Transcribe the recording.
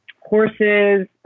horses